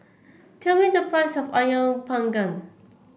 tell me the price of ayam panggang